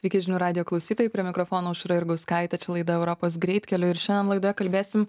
sveiki žinių radijo klausytojai prie mikrofono aušra jurgauskaitė čia laida europos greitkeliu ir šiandien laidoje kalbėsim